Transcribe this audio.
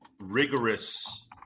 rigorous